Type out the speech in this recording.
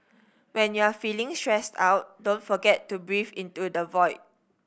when you are feeling stressed out don't forget to breathe into the void